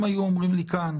אם היו אומרים לי כאן: